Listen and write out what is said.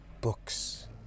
books